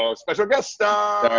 ah special guest star! sorry.